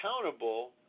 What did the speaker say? accountable